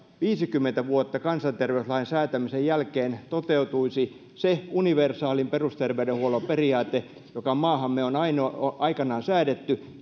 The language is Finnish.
viisikymmentä vuotta kansanterveyslain säätämisen jälkeen toteutuisi se universaalin perusterveydenhuollon periaate joka maahamme on aikanaan säädetty